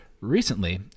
Recently